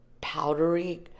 powdery